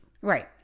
Right